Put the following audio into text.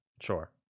Sure